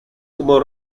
como